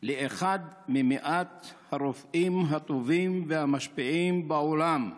לאחד מ-100 הרופאים הטובים והמשפיעים בעולם,